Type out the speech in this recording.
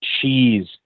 cheese